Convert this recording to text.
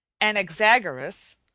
Anaxagoras